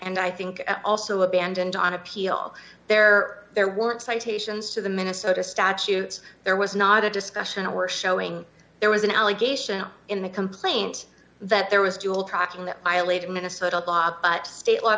and i think also abandoned on appeal there there weren't citations to the minnesota statutes there was not a discussion or showing there was an allegation in the complaint that there was dual tracking that i layed in minnesota law but state law